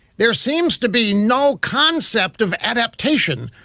there seems to be no concept of adaptation!